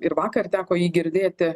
ir vakar teko jį girdėti